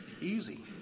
easy